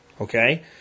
Okay